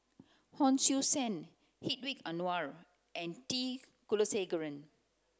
Hon Sui Sen Hedwig Anuar and T Kulasekaram